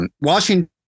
Washington